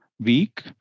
week